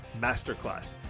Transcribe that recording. Masterclass